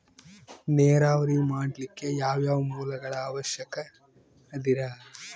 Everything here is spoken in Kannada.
ನೇರಾವರಿ ಮಾಡಲಿಕ್ಕೆ ಯಾವ್ಯಾವ ಮೂಲಗಳ ಅವಶ್ಯಕ ಅದರಿ?